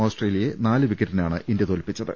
ഓസ്ട്രേലിയയെ നാലു വിക്കറ്റിനാണ് ഇന്ത്യ തോൽപ്പിച്ചത്